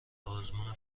آزمون